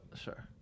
Sure